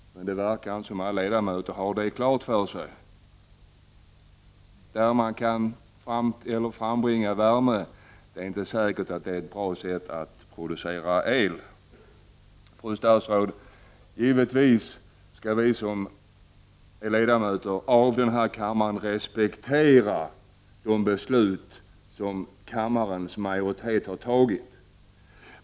Det verkar inte som om alla ledamöter har detta klart för sig. Ett sätt att frambringa värme behöver inte vara ett bra sätt att producera el. Statsrådet, givetvis skall vi som är ledamöter av denna kammare respektera de beslut som kammarens majoritet har fattat.